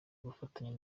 gufatanya